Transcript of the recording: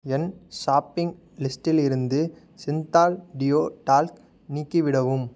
என் shopping லிஸ்டிலிருந்து Cinthol deo talc நீக்கிவிடவும்